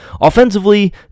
Offensively